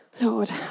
Lord